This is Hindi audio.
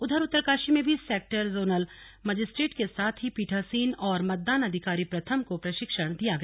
उधर उत्तरकाशी में भी सेक्टर जोनल मजिस्ट्रेट के साथ ही पीठासीन और मतदान अधिकारी प्रथम को प्रशिक्षण दिया गया